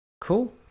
cool